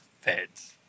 feds